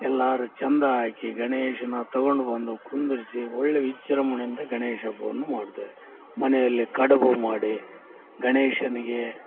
ಎಲ್ಲಾರು ಚಂದ ಆಗಿ ಗಣೇಶನನ್ನು ತಗೊಂಡು ಬಂದು ಕುಂದಿರಿಸಿ ಒಳ್ಳೆಯ ವಿಜೃಂಭಣೆಯಿಂದ ಗಣೇಶ ಹಬ್ಬವನ್ನು ಮಾಡ್ತೇವೆ ಮನೆಯಲ್ಲಿ ಕಡಬು ಮಾಡಿ ಗಣೇಶನಿಗೆ